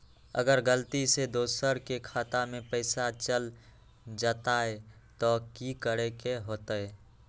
अगर गलती से दोसर के खाता में पैसा चल जताय त की करे के होतय?